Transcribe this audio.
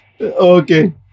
Okay